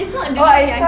it's not